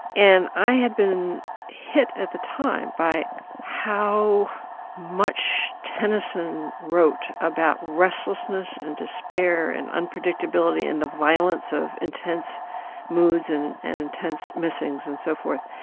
and i had been hit at the time by how much tennyson wrote about restlessness and despair and unpredictability and the violence of intense moods and and intense missings and so forth.